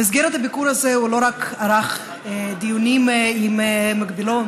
במסגרת הביקור הזה הוא לא רק ערך דיונים עם מקבילו,